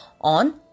on